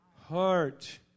heart